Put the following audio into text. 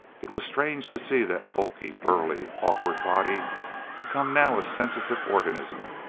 it was strange to see that bulky, burly, awkward body become now a sensitive organism,